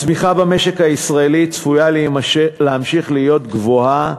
הצמיחה במשק הישראלי צפויה להמשיך להיות גבוהה